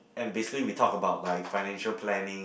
and basically we talk about like financial planning